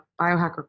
biohacker